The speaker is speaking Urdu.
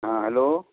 ہاں ہیلو